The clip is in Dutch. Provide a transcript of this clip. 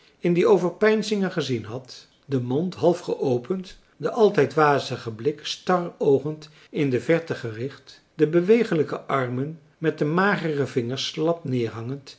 in die overpeinzingen marcellus emants een drietal novellen gezien had den mond half geopend den altijd wazigen blik staroogend in de verte gericht de bewegelijke armen met de magere vingers slap neerhangend